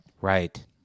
Right